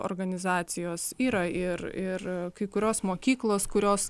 organizacijos yra ir ir kai kurios mokyklos kurios